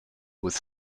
with